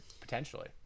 Potentially